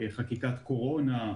חקיקת קורונה.